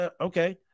okay